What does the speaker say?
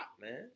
man